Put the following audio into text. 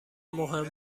مهم